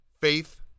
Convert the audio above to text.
faith